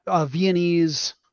Viennese